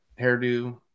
hairdo